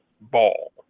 ball